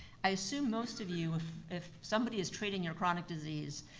i assume most of you, if if somebody is treating your chronic disease,